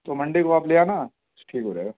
تو منڈے کو آپ لے آنا ٹھیک ہو جائے گا